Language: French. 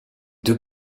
deux